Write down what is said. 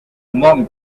monk